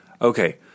okay